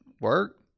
work